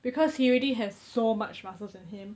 because he already has so much muscles on him